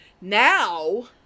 now